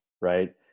right